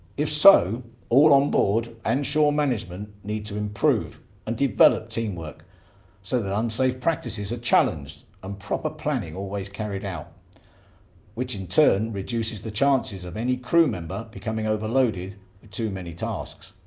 if so all on board and shore management need to improve and develop teamwork so that unsafe practices are challenged and proper planning always carried out which in turn reduces the chances of any crew member becoming overloaded with too many tasks.